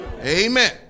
Amen